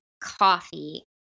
coffee